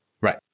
Right